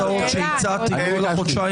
אבל גלעד, הצעתך הובנה ונרשמה.